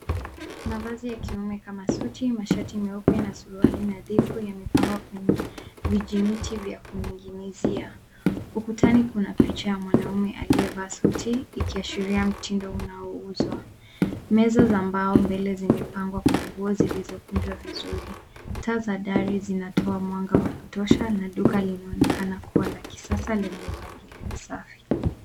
Mavazi ya kiume kama suti, mashati meupe na suruali nadhifu yamepangwa kwenye vijimti vya kuning'inizia. Ukutani kuna picha ya mwanamume aliyevaa suti ikiashiria mtindo unaouzwa. Meza za mbao mbele zimepangwa kwa nguo zilizokunjwa vizuri. Taa za dari zinatoa mwanga wa kutosha na duka linaonekana kuwa la kisasa lenye mpangilio safi.